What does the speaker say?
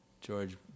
George